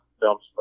films